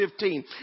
15